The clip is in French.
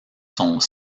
sont